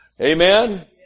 Amen